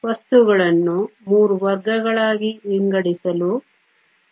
ವಸ್ತುಗಳನ್ನು 3 ವರ್ಗಗಳಾಗಿ ವಿಂಗಡಿಸಲು ಪ್ರತಿರೋಧವನ್ನು ಬಳಸಬಹುದು